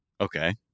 Okay